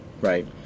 right